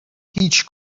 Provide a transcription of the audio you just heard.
هیچ